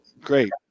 great